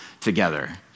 together